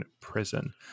prison